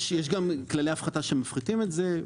יש גם כללי הפחתה שמפחיתים את זה,